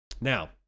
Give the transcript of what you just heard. Now